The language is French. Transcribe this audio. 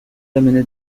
amené